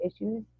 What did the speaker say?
issues